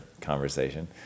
conversation